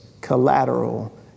collateral